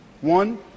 One